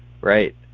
Right